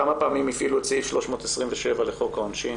כמה פעמים הפעילו את סעיף 327 לחוק העונשין